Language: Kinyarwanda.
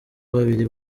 babiri